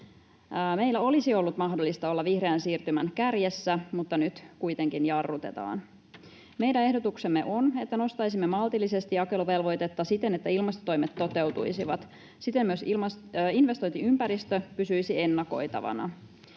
Meillä olisi ollut mahdollisuus olla vihreän siirtymän kärjessä, mutta nyt kuitenkin jarrutetaan. Meidän ehdotuksemme on, että nostaisimme maltillisesti jakeluvelvoitetta siten, että ilmastotoimet toteutuisivat. Siten myös investointiympäristö pysyisi ennakoitavana.